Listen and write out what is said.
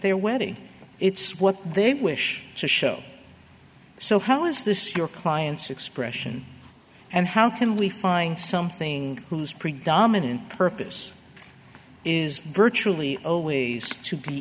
their wedding it's what they wish to show so how is this your client's expression and how can we find something whose predominant purpose is virtually always to be